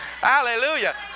Hallelujah